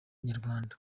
nyarwanda